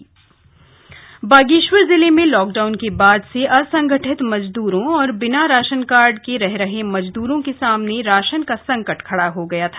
मजदूर राशन बागेश्वर बागेश्वर जिले में लॉकडाउन के बाद से असंगठित मजदूरों और बिना राशन कार्ड के रह रहे मजदूरों के सामने राशन का संकट खड़ा हो गया था